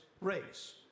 race